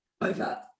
over